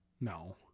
No